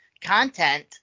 content